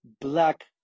Black